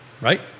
Right